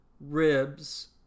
ribs